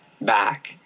back